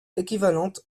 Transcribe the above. équivalente